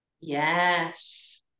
Yes